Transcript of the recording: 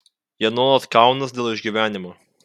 jie nuolat kaunas dėl išgyvenimo